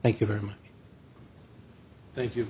thank you very much thank you